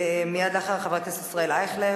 מייד לאחר חבר הכנסת ישראל אייכלר,